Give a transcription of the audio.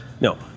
no